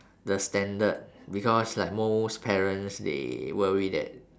the standard because like most parents they worry that